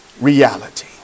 reality